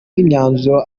n’imyanzuro